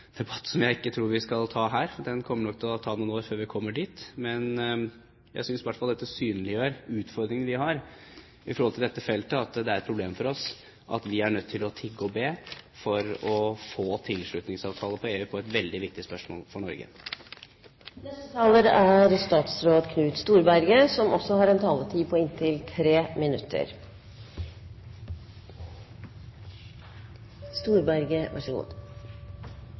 debatt som jeg ikke tror vi skal ta her. Det kommer nok til å ta noen år før vi kommer dit. Jeg synes i hvert fall dette synliggjør de utfordringene vi har på dette feltet, at det er et problem for oss at vi er nødt til å tigge og be for å få tilslutningsavtaler med EU i et veldig viktig spørsmål for